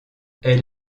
elle